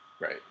right